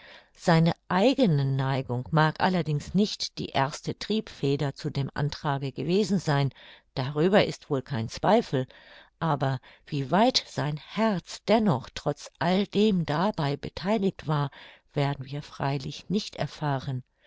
seine eigene neigung mag allerdings nicht die erste triebfeder zu dem antrage gewesen sein darüber ist wohl kein zweifel aber wie weit sein herz dennoch trotz all dem dabei betheiligt war werden wir freilich nicht erfahren